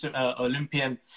Olympian